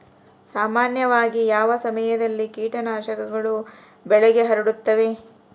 ಸಾಮಾನ್ಯವಾಗಿ ಯಾವ ಸಮಯದಲ್ಲಿ ಕೇಟನಾಶಕಗಳು ಬೆಳೆಗೆ ಹರಡುತ್ತವೆ?